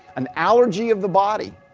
an allergy of the body,